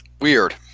Weird